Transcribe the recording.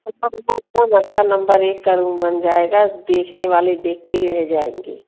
एकदम अच्छा नंबर एक का रूम बन जाएगा देखने वाले देखते ही रह जाएँगे